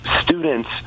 students